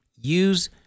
use